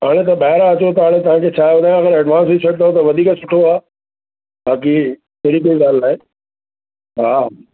हाणे त ॿाहिरां अचो त तव्हांखे चाहियो था त एडवांस ॾई छॾिदा त वधीक सुठो आहे बाक़ी अहिड़ी कोई ॻाल्हि न आहे हा